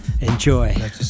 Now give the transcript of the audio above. Enjoy